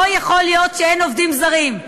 לא יכול להיות שאין עובדים זרים.